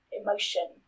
emotion